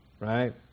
Right